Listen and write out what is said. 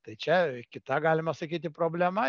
tai čia kita galima sakyti problema